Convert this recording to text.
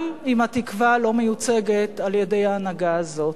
גם אם התקווה לא מיוצגת על-ידי ההנהגה הזאת.